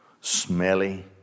smelly